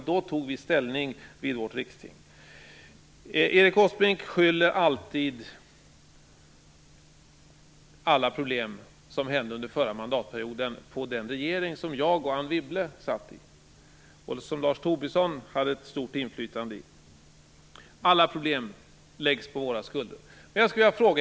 Då tog vi ställning vid vårt riksting. Erik Åsbrink skyller alltid alla problem som uppkom under förra mandatperioden på den regering som jag och Anne Wibble satt i, och som Lars Tobisson hade ett stort inflytande på. Alla problem läggs på våra skuldror.